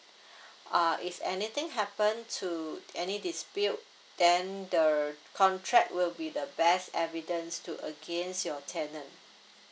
uh if anything happen to any dispute then the contract will be the best evidence to against your tenant